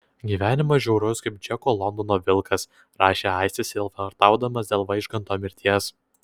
gyvenimas žiaurus kaip džeko londono vilkas rašė aistis sielvartaudamas dėl vaižganto mirties